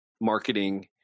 marketing